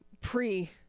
pre